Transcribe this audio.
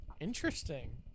Interesting